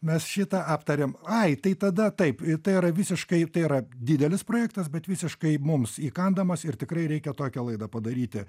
mes šitą aptarėm ai tai tada taip tai yra visiškai tai yra didelis projektas bet visiškai mums įkandamas ir tikrai reikia tokią laidą padaryti